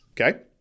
Okay